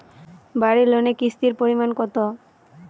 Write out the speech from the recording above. বাড়ি লোনে কিস্তির পরিমাণ কত?